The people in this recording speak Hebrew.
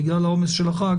בגלל העומס של החג,